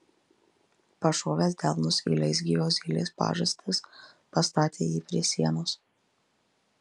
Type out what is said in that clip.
pašovęs delnus į leisgyvio zylės pažastis pastatė jį prie sienos